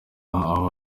aho